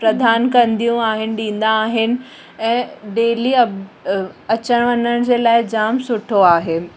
प्रदान कंदियूं आहिनि ॾिंदा आहिनि ऐं डेली अप अचणु वञण जे लाइ जाम सुठो आहिनि